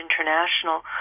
International